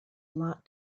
lot